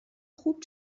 خوب